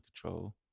control